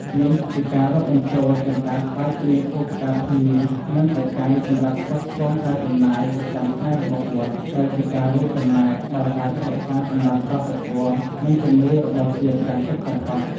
នេះជាការរាប់បញ្ចូលទាំងការថ្វាយទៀន ធូប ផ្កាភ្ញី និងបច្ច័យសម្រាប់ផ្គត់ផ្គង់ការចំណាយប្រចាំថ្ងៃរបស់វត្ត ដែលជាការរួមចំណែកដល់ការថែរក្សាសម្បត្តិវប្បធម៌ និងជំនឿរបស់ជាតិយ៉ាងពិតប្រាកដ។